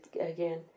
again